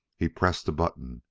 he pressed a button,